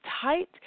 tight